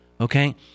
Okay